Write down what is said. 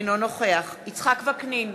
אינו נוכח יצחק וקנין,